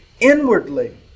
inwardly